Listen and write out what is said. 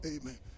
Amen